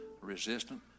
resistant